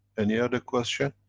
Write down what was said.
any other question?